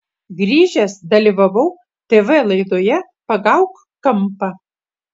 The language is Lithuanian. grįžęs dalyvavau tv laidoje pagauk kampą